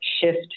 shift